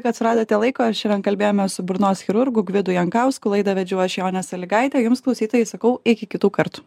kad suradote laiko šiandien kalbėjome su burnos chirurgų gvidu jankausku laidą vedžiau aš jonė salygaitė jums klausytojai sakau iki kitų kart